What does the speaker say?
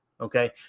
Okay